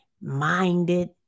minded